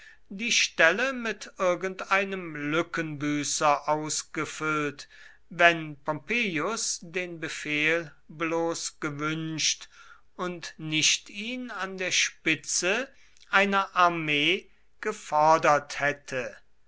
die stelle mit irgendeinem lückenbüßer ausgefüllt wenn pompeius den befehl bloß gewünscht und nicht ihn an der spitze einer armee gefordert hätte